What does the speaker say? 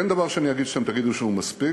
אין דבר שאני אגיד שאתם תגידו שהוא מספיק,